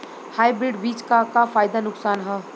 Hybrid बीज क का फायदा नुकसान ह?